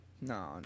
No